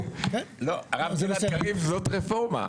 הרב גלעד קריב, זו רפורמה.